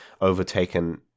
overtaken